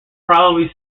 probably